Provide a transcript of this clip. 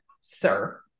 sir